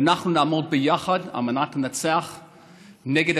ואנחנו נעמוד ביחד על מנת לנצח את הטרור.